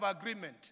agreement